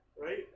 right